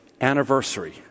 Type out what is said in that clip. anniversary